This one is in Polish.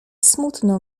smutno